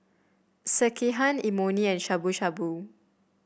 Sekihan Imoni and Shabu Shabu